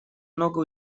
много